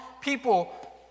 people